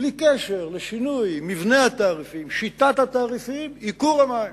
בלי קשר לשינוי מבנה התעריפים ושיטת תשלום המים יש את ייקור המים.